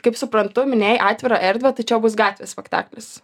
kaip suprantu minėjai atvirą erdvę tai čia bus gatvės spektaklis